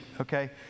okay